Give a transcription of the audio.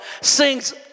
sings